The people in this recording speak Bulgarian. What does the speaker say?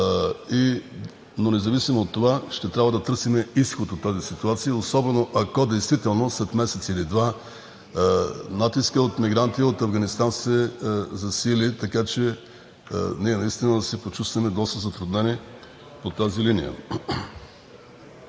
Независимо от това, ще трябва да търсим изход от тази ситуация, особено ако действително след месец или след два натискът от мигранти от Афганистан се засили така, че ние наистина да се почувстваме доста затруднени по тази линия.